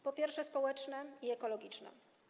Po pierwsze, społeczne i ekologiczne.